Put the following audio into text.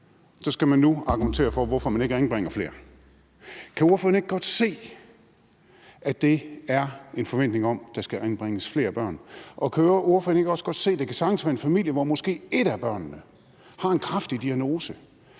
skal man nu argumentere for, hvorfor man ikke anbringer flere. Kan ordføreren ikke godt se, at det er en forventning om, at der skal anbringes flere børn, og kan ordføreren ikke også godt se, at det sagtens kan være en familie, hvor måske et af børnene har en kraftig diagnose,